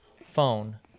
phone